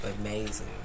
amazing